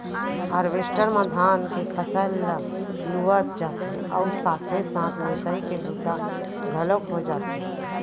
harvester म धान के फसल ल लुवत जाथे अउ साथे साथ मिसाई के बूता घलोक हो जाथे